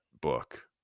book